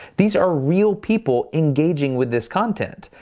these are real people engaging with this content.